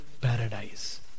paradise